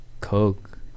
Coke